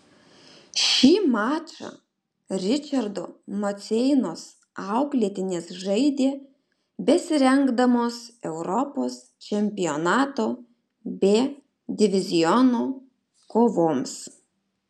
šį mačą ričardo maceinos auklėtinės žaidė besirengdamos europos čempionato b diviziono kovoms